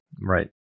Right